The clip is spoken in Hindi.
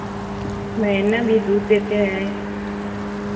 महंगा भी दूध देते हैं